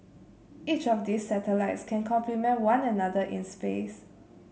each of these satellites can complement one another in space